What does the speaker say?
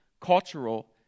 cultural